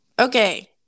Okay